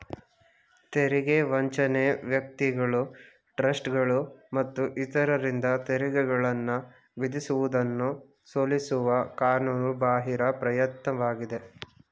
ತೆರಿಗೆ ವಂಚನೆ ವ್ಯಕ್ತಿಗಳು ಟ್ರಸ್ಟ್ಗಳು ಮತ್ತು ಇತರರಿಂದ ತೆರಿಗೆಗಳನ್ನ ವಿಧಿಸುವುದನ್ನ ಸೋಲಿಸುವ ಕಾನೂನು ಬಾಹಿರ ಪ್ರಯತ್ನವಾಗಿದೆ